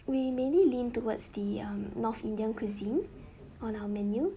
we mainly lean towards the um north indian cuisine on our menu